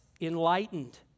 enlightened